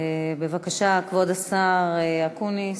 בבקשה, כבוד השר אקוניס.